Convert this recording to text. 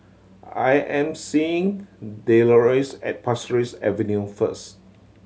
I am meeting Deloris at Pasir Ris Avenue first